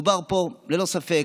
מדובר פה, ללא ספק,